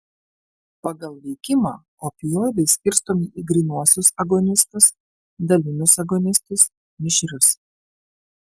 pagal veikimą opioidai skirstomi į grynuosius agonistus dalinius agonistus mišrius